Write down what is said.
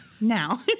Now